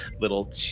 little